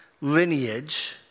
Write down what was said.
lineage